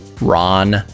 Ron